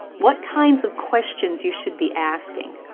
what kinds of questions you should be asking.